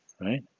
right